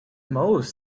most